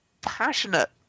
passionate